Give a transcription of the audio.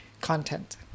content